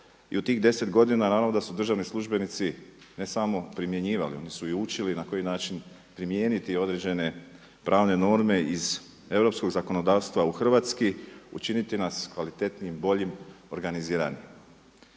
I u tih 10 godine naravno da su državni službenici ne samo primjenjivali, oni su i učili na koji način primijeniti određene pravne norme iz europskog zakonodavstva u hrvatski, učiniti nas kvalitetnijim, boljim, organiziranijim.